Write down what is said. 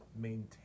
maintain